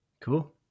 Cool